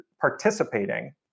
participating